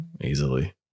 Easily